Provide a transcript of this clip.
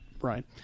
Right